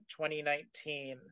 2019